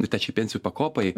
ir trečiai pensijų pakopai